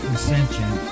Ascension